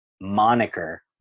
moniker